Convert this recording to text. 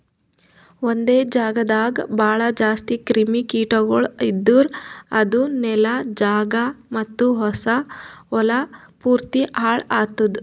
ಒಂದೆ ಜಾಗದಾಗ್ ಭಾಳ ಜಾಸ್ತಿ ಕ್ರಿಮಿ ಕೀಟಗೊಳ್ ಇದ್ದುರ್ ಅದು ನೆಲ, ಜಾಗ ಮತ್ತ ಹೊಲಾ ಪೂರ್ತಿ ಹಾಳ್ ಆತ್ತುದ್